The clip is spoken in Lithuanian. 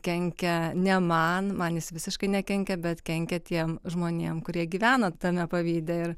kenkia ne man man jis visiškai nekenkia bet kenkia tiem žmonėm kurie gyvena tame pavyde ir